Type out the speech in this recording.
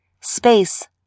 space